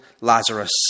Lazarus